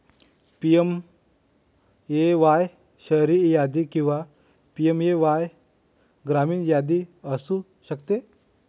PMAY शहरी यादी किंवा पी.एम.ए.वाय ग्रामीण यादी असू शकते